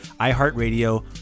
iHeartRadio